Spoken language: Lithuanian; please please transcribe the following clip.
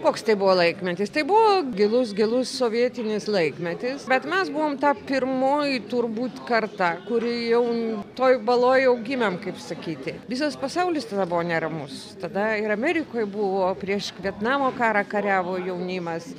koks tai buvo laikmetis tai buvo gilus gilus sovietinis laikmetis bet mes buvom ta pirmoji turbūt karta kuri jau toj baloj jau gimėm kaip sakyti visas pasaulis tada buvo neramus tada ir amerikoj buvo prieš vietnamo karą kariavo jaunimas